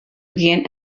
begjin